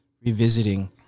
revisiting